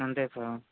అంతే సార్